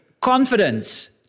Confidence